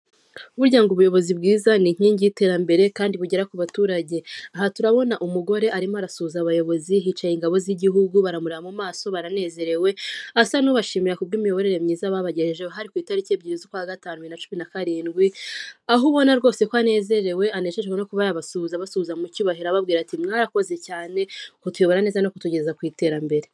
Burya ngo ubuyobozi bwiza ni inkingi y'iterambere kandi bugera ku baturage, aha turabona umugore arimo arasuhuza abayobozi hicaye ingabo z'igihugu baramurareba mu maso baranezerewe asa n'ubashimira ku bw'imiyoborere myiza babagejeho, hari ku itariki ebyiri z'ukwagatanu bibiri na cumi na karindwi, aho ubona rwose ko anezerewe anejejwe no kuba yabasuhuza, abasuhuza mu cyubahiro ababwira ati mwarakoze cyane kutuyobora neza no kutugeza ku iterambere.